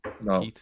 No